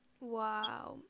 wow